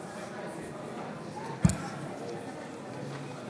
ההצבעה: בעד,